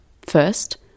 First